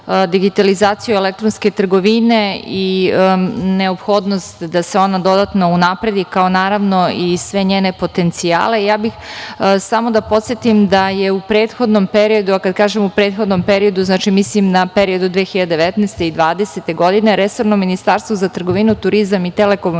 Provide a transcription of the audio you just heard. digitalizaciju elektronske trgovine i neophodnost da se ona dodatno unapredi, kao i sve njene potencijale, ja bih samo da podsetim da je u prethodnom periodu, a kada kažem u prethodnom periodu, znači, mislim na period od 2019. i 2020. godine, resorno Ministarstvo za trgovinu, turizam i telekomunikacije